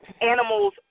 Animals